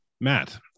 matt